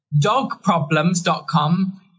Dogproblems.com